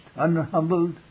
unhumbled